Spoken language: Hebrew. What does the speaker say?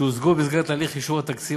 הוצגו במסגרת ההליך לאישור תקציב